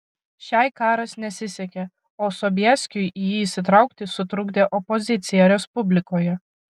šiai karas nesisekė o sobieskiui į jį įsitraukti sutrukdė opozicija respublikoje